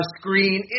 screen